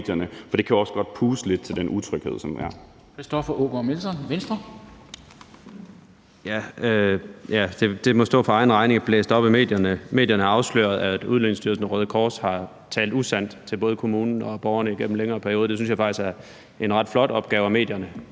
Aagaard Melson (V): Det må stå for egen regning, at det er blevet blæst op i medierne. Medierne har afsløret, at Udlændingestyrelsen og Røde Kors har talt usandt til både kommunen og borgerne igennem en længere periode – det synes jeg faktisk er ret flot gjort af medierne.